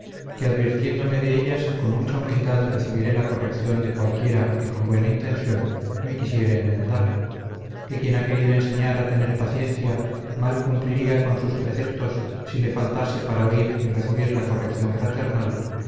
que advirtiéndome de ellas con mucha humildad recibiré la corrección de cualquiera que con buena intención me quisiere enmendar que quien ha querido enseñar a tener paciencia mal cumpliría con sus preceptos si le faltase para oír y recibir la corrección fraternal